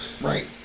Right